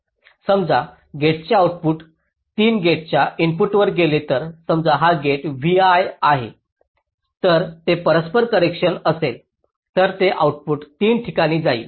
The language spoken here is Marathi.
समजा गेटचे आऊटपुट 3 गेटच्या इनपुटवर गेले तर समजा हा गेट vi आहे तर हे परस्पर कनेक्शन असेल तर हे आउटपुट 3 ठिकाणी जाईल